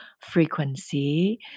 frequency